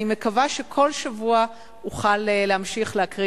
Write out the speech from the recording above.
אני מקווה שכל שבוע אוכל להמשיך להקריא